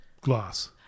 glass